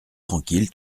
tranquille